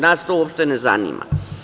Nas to uopšte ne zanima.